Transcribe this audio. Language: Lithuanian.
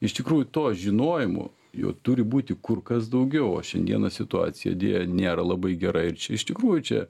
iš tikrųjų to žinojimo jo turi būti kur kas daugiau o šiandieną situacija deja nėra labai gera ir čia iš tikrųjų čia